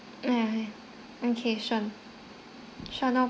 yeah okay sure sure no